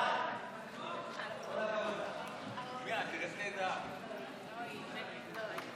לוועדה שתקבע ועדת הכנסת נתקבלה.